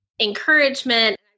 encouragement